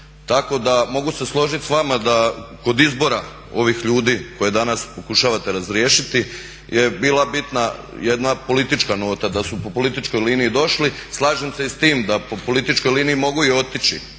Tako da mogu se složiti s vama da kod izbora ovih ljudi koje danas pokušavate razriješiti je bila bitna jedna politička nota, da su po političkoj liniji došli. Slažem se i s tim da po političkoj liniji mogu i otići.